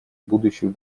будущих